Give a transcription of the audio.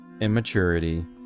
immaturity